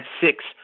six